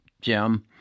Jim